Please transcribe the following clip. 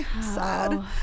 Sad